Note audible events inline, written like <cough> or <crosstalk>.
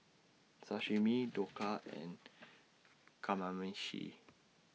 Sashimi <noise> Dhokla and Kamameshi